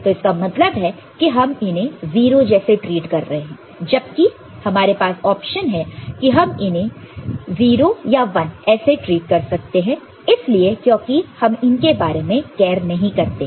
तो इसका मतलब है कि हम इन्हें 0 जैसे ट्रीट कर रहे हैं जबकि हमारे पास ऑप्शन है कि हम इन्हें या तो 0 या 1 ऐसे ट्रीट कर सकते हैं इसलिए क्योंकि हम इनके बारे में केयर नहीं करते हैं